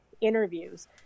interviews